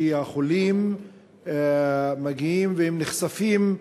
כי החולים מגיעים ונחשפים,